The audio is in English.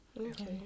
okay